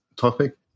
topic